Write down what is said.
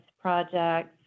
projects